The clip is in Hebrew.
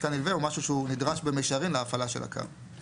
מתקן נלווה הוא משהו שהוא נדרש במישרין להפעלה של הקרקע.